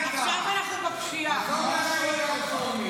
עכשיו אנחנו מבקשים ------ אוי,